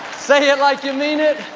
say it like you mean it.